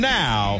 now